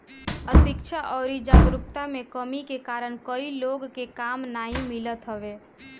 अशिक्षा अउरी जागरूकता में कमी के कारण कई लोग के काम नाइ मिलत हवे